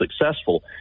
successful